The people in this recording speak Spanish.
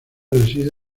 reside